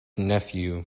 nephew